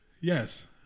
Yes